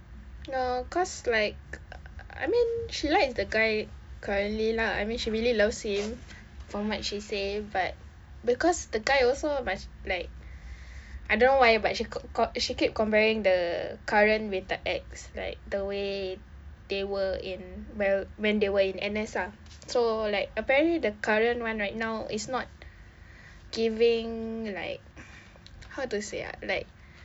no cause like uh I mean she likes the guy currently lah I mean she really loves him from what she say but because the guy also must like I don't know why but she co~ com~ she keeps comparing the current with the ex like the way they were in well when they were in N_S lah so like apparently the current one right now is not giving like uh how to say ah like